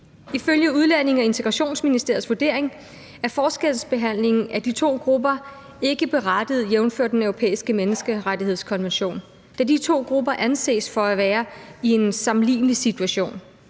Ifølge Udlændinge- og Integrationsministeriets vurdering er forskelsbehandlingen af de to grupper ikke berettiget jævnfør den europæiske menneskerettighedskonvention, da de to grupper anses for at være i en sammenlignelig situation.